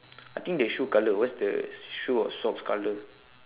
I think they shoe color what's the shoe or socks color